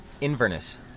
Inverness